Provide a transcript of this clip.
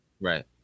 Right